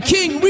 King